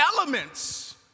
elements